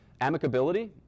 Amicability